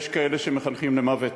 יש כאלה שמחנכים למוות,